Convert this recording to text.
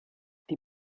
die